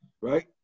right